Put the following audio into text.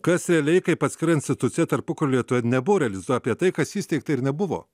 kas realiai kaip atskira institucija tarpukario lietuvoje nebuvo realizuo apie tai kas įsteigta ir nebuvo